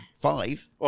Five